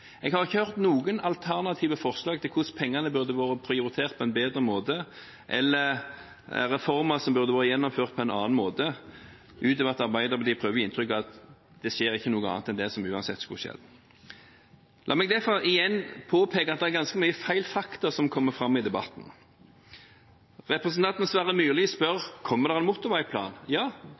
Jeg har ikke hørt om noen alternative forslag til hvordan pengene burde vært prioritert på en bedre måte, eller om reformer som burde vært gjennomført på en annen måte – utover at Arbeiderpartiet prøver å gi inntrykk av at det ikke skjer noe annet enn det som uansett skulle skjedd. La meg derfor igjen påpeke at det er ganske mange faktafeil som kommer fram i debatten. Representanten Sverre Myrli